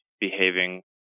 behaving